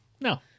No